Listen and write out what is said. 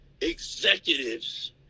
executives